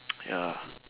ya